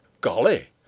Golly